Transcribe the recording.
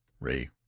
ray